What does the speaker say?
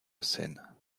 scène